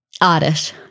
Oddish